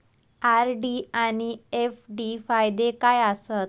RD आनि FD फायदे काय आसात?